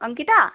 Ankita